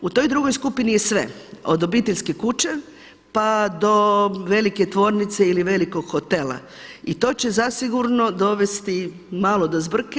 U toj drugoj skupini je sve od obiteljske kuće, pa do velike tvornice ili velikog hotela i to će zasigurno dovesti malo do zbrke.